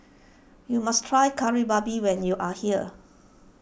you must try Kari Babi when you are here